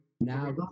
Now